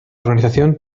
organización